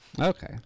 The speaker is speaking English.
okay